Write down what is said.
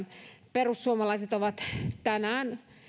perussuomalaiset ovat tänään